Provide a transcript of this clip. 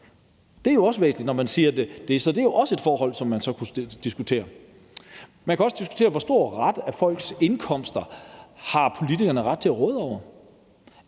Det er jo også væsentligt, så det er jo også et forhold, som man så kunne diskutere. Man kan også diskutere, hvor stor en del af folks indkomster politikerne har ret til at råde over.